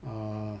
err